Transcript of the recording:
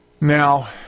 now